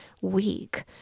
week